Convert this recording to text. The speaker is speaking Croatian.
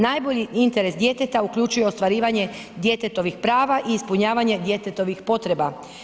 Najbolji interes djeteta uključuje ostvarivanje djetetovih prava i ispunjavanje djetetovih potreba.